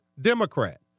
Democrat